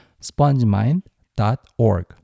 spongemind.org